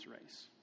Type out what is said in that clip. race